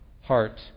heart